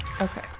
Okay